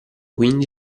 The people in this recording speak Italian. quindi